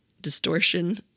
distortion